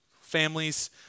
families